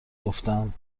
گفتم